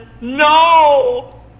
no